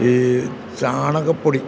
ഈ ചാണകപ്പൊടി